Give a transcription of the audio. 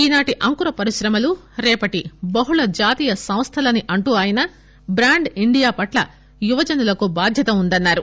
ఈ నాటి అంకుర పరిశ్రమలు రేపటి బహుళ జాతీయ సంస్థలని అంటూ ఆయన బ్రాండ్ ఇండియా పట్ల యువజనులకు బాధ్యత ఉందని అన్నారు